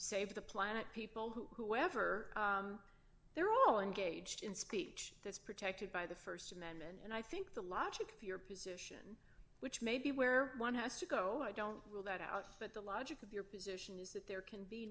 save the planet people who never they're all engaged in speech that's protected by the st amendment and i think the logic of your position which may be where one has to go i don't rule that out but the logic of your position is that there can be